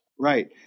Right